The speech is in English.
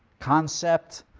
concept.